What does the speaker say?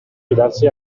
fidarsi